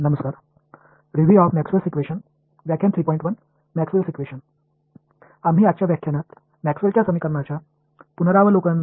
இன்றைய பாடத்தில் மேக்ஸ்வெல்லின் Maxwell's சமன்பாடுகளை மதிப்பாய்வு செய்வோம்